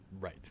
Right